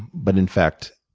but in fact,